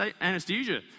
anesthesia